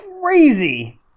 crazy